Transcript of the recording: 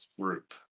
group